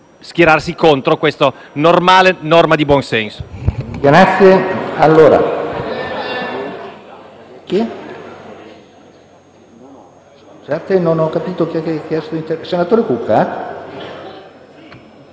schierarsi contro questa norma di buon senso.